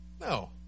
no